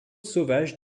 sauvages